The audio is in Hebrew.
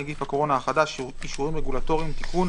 נגיף הקורונה החדש) (אישורים רגולטוריים) (תיקון),